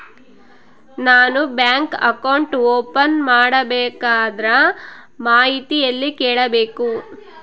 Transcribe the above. ನಾನು bank account open ಮಾಡಬೇಕಂದ್ರ ಮಾಹಿತಿ ಎಲ್ಲಿ ಕೇಳಬೇಕು?